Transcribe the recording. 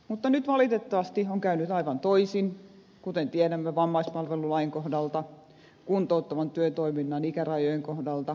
mutta nyt valitettavasti on käynyt aivan toisin kuten tiedämme vammaispalvelulain kohdalta kuntouttavan työtoiminnan ikärajojen kohdalta